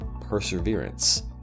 perseverance